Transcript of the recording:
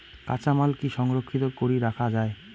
কাঁচামাল কি সংরক্ষিত করি রাখা যায়?